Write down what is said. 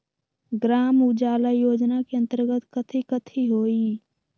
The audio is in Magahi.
ग्राम उजाला योजना के अंतर्गत कथी कथी होई?